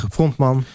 Frontman